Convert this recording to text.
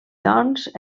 doncs